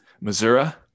missouri